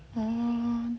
oh